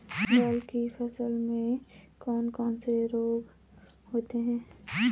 दालों की फसल में कौन कौन से रोग होते हैं?